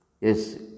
yes